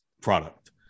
product